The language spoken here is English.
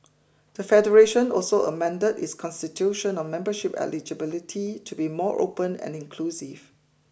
the Federation also amended its Constitution on membership eligibility to be more open and inclusive